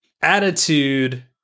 attitude